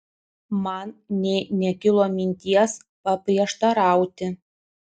man nė nekilo minties paprieštarauti